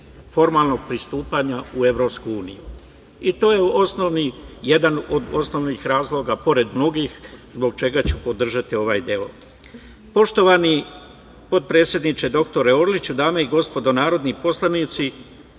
formalnog pristupanja u EU. To je jedan od osnovnih razloga pored mnogih, zbog čega ću podržati ovaj deo. Poštovani potpredsedniče, dr Orliću, dame i gospodo narodni poslanici,